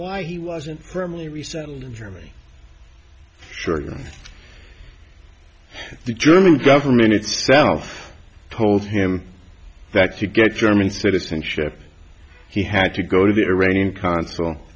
why he wasn't firmly recently in germany sure the german government itself told him that to get german citizenship he had to go to the iranian consul